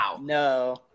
No